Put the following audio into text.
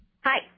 Hi